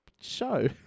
show